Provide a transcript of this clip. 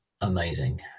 amazing